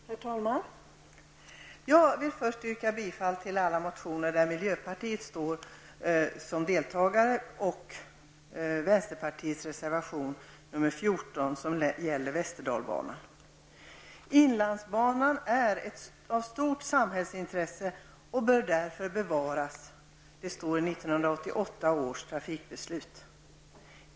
Herr talman! Jag vill först yrka bifall till alla motioner som miljöpartiet står bakom och till vänsterpartiets reservation nr 14, som gäller Inlandsbanan är av stort samhällsintresse och bör därför bevaras. Det står i 1988 års trafikbeslut.